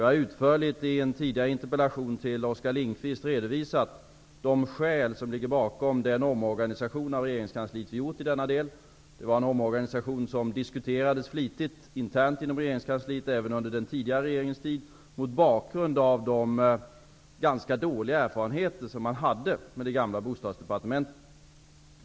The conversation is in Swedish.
Jag har tidigare utförligt i ett svar på en interpellation från Oskar Lindkvist redovisat de skäl som ligger bakom den omorganisation av regeringskansliet som vi har gjort. Det var en omorganisation som även under den tidigare regeringens tid diskuterades flitigt internt inom regeringskansliet, mot bakgrund av de ganska dåliga erfarenheter som man hade av det gamla bostadsdepartementet.